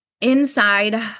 inside